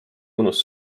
mõnus